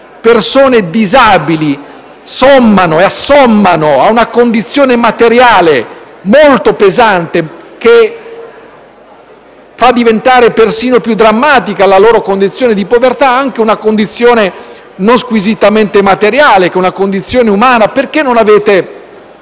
persone disabili, assommano a una condizione materiale molto pesante, che fa diventare persino più drammatica la loro condizione di povertà, anche una condizione non squisitamente materiale, cioè una condizione umana? Perché non avete